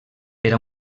era